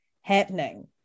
happening